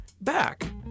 Back